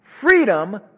freedom